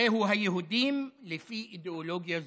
הרי הוא היהודים, לפי אידיאולוגיה זו.